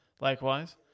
Likewise